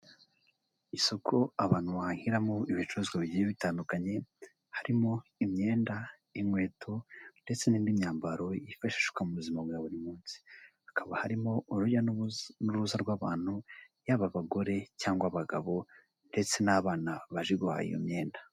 Isoko abantu bahiramo ibicuruzwa bigiye bitandukanye harimo imyenda, inkweto ndetse n'indi myambaro yifashishwa mu buzima bwa buri munsi hakaba harimo urujya n'uruza rw'abantu yaba abagore cyangwa abagabo ndetse n'abana baje guhaha iyo myenda.